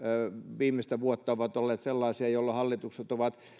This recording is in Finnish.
viimeistä vuotta ovat olleet sellaisia että hallitukset ovat